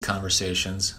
conversations